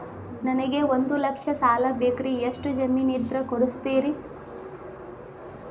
ನನಗೆ ಒಂದು ಲಕ್ಷ ಸಾಲ ಬೇಕ್ರಿ ಎಷ್ಟು ಜಮೇನ್ ಇದ್ರ ಕೊಡ್ತೇರಿ?